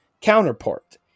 counterpart